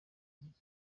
burundu